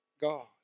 God